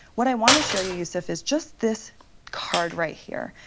what i want to show you, yusuf, is just this card right here.